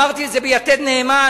אמרתי את זה ב"יתד נאמן",